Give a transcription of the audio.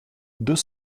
deux